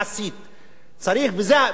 זה המחיר האמיתי.